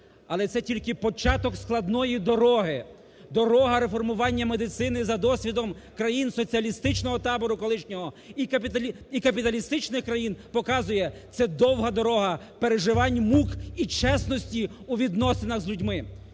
Але це тільки початок складної дороги. Дорога реформування медицини за досвідом країн соціалістичного табору колишнього і капіталістичних країн показує – це довга дорога переживань, мук і чесності у відносинах з людьми.